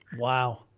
Wow